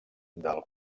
del